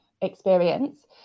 experience